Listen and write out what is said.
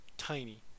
tiny